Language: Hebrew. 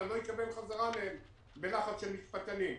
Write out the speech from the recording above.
אני לא אקבל חזרה מהם בלחץ של משפטנים.